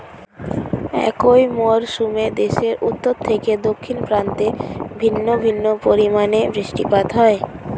একই মরশুমে দেশের উত্তর থেকে দক্ষিণ প্রান্তে ভিন্ন ভিন্ন পরিমাণে বৃষ্টিপাত হয়